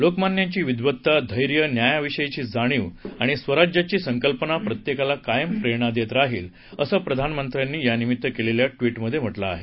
लोकमान्यांची विद्वत्ता धैर्य न्यायाविषयीची जाणीव आणि स्वराज्याची संकल्पना प्रत्येकाला कायम प्रेरणा देत राहील असं पंतप्रधानांनी यानिमित्त केलेल्या ट्विटमध्ये म्हटलं आहे